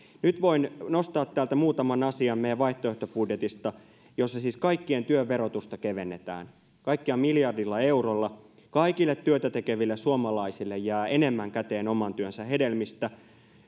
nyt voin nostaa muutaman asian täältä meidän vaihtoehtobudjetista jossa siis kaikkien työn verotusta kevennetään kaikkiaan miljardilla eurolla kaikille työtätekeville suomalaisille jää enemmän käteen oman työnsä hedelmistä